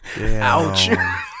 Ouch